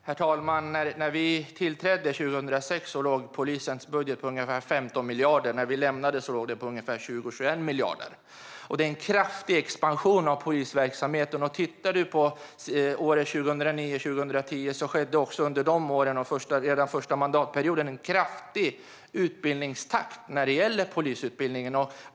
Herr talman! När vi tillträdde 2006 låg polisens budget på ungefär 15 miljarder. När vi lämnade regeringsmakten låg den på ungefär 20-21 miljarder. Det skedde en kraftig expansion av polisverksamheten. Åren 2009-2010 under vår första mandatperiod var det också en kraftig utbyggnadstakt inom polisutbildningen.